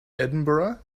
edinburgh